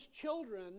children